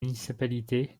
municipalités